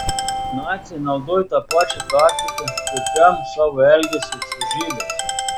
naciai naudojo tą pačią taktiką šiurpiam savo elgesiui su žydais